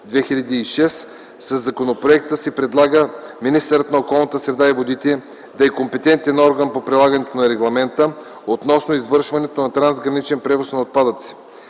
Със законопроекта се предлага министърът на околната среда и водите да е компетентен орган по прилагането на Регламента относно извършването на трансграничен превоз на отпадъци.